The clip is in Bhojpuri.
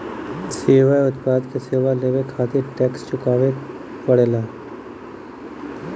सेवा या उत्पाद क सेवा लेवे खातिर टैक्स चुकावे क पड़ेला